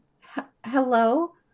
hello